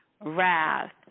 wrath